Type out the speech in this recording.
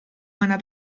meiner